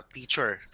Feature